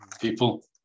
people